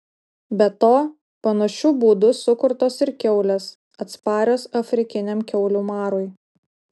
be to panašiu būdu sukurtos ir kiaulės atsparios afrikiniam kiaulių marui